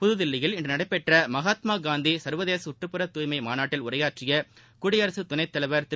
புதுதில்லியில் இன்று நடைபெற்ற மகாத்மா காந்தி சன்வதேச சுற்றுப்புற தூய்மை மாநாட்டில் உரையாற்றிய குடியரசு துணைத் தலைவா் திரு